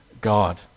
God